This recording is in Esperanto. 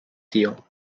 tio